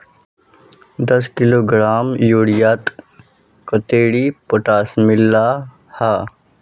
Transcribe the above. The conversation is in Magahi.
दस किलोग्राम यूरियात कतेरी पोटास मिला हाँ?